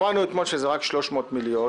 שמענו אתמול שזה רק 300 מיליון,